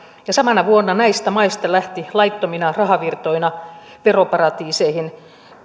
ja samana vuonna näistä maista lähti laittomina rahavirtoina veroparatiiseihin